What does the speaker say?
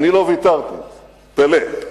אני לא ויתרתי: פלה.